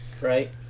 right